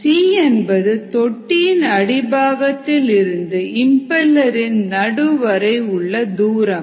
C என்பது தொட்டியின் அடிபாகத்தில் இருந்து இம்பெலர் இன் நடு வரை உள்ள தூரம்